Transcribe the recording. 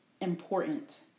important